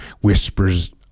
whispers